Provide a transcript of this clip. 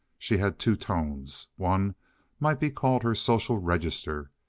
she had two tones. one might be called her social register.